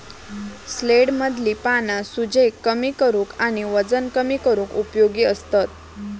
सॅलेडमधली पाना सूजेक कमी करूक आणि वजन कमी करूक उपयोगी असतत